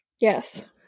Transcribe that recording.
Yes